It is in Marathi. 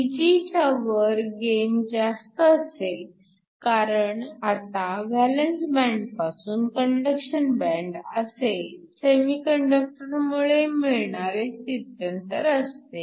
Eg च्या वर गेन जास्त असेल कारण आता व्हॅलन्स बँड पासून कंडक्शन बँड असे सेमीकंडक्टरमुळे मिळणारे स्थित्यंतर असते